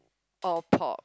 all pop